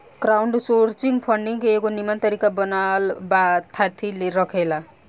crowdsourcing funding के एगो निमन तरीका बनल बा थाती रखेला